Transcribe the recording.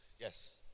yes